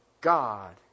God